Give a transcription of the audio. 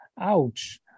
ouch